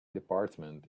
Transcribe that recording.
department